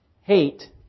hate